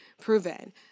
proven